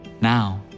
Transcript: Now